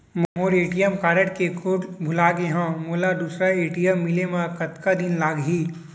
मोर ATM card के code भुला गे हव, मोला दूसर ए.टी.एम मिले म कतका दिन लागही?